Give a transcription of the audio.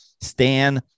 Stan